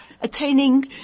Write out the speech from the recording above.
attaining